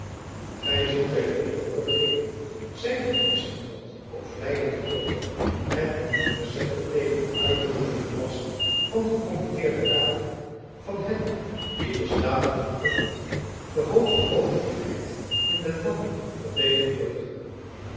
gy zult der rede gehoor geven zeide van espenblad op vleienden toon en u niet verzetten tegen een uitdrukkelijken last van gekommitteerde raden van hen die de staten van holland de hooge overigheid in den lande vertegenwoordigen